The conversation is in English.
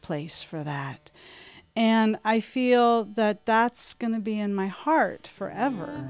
place for that and i feel that that's going to be in my heart forever